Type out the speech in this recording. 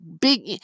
big